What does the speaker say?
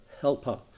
helper